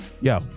yo